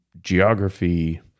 geography